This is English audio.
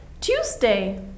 Tuesday